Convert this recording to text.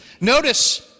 Notice